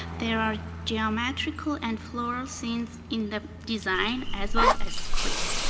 there are geometrical and floral scenes in the design as well as script.